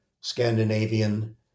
Scandinavian